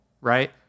right